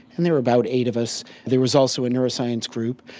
and there were about eight of us. there was also a neuroscience group.